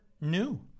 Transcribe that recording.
new